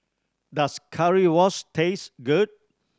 does Currywurst taste good